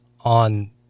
on